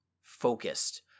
focused